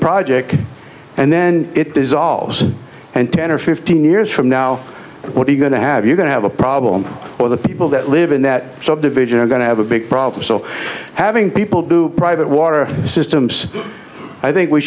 project and then it dissolves and ten or fifteen years from now what are you going to have you going to have a problem where the people that live in that subdivision are going to have a big problem so having people do private water systems i think we